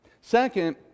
second